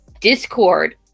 discord